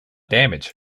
damage